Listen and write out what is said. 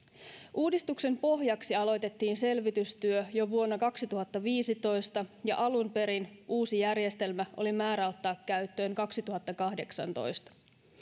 uudistuksen pohjaksi aloitettiin selvitystyö jo vuonna kaksituhattaviisitoista ja alun perin uusi järjestelmä oli määrä ottaa käyttöön kaksituhattakahdeksantoista